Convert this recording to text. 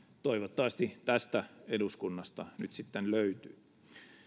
toivottavasti tästä eduskunnasta nyt sitten löytyy